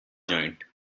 joint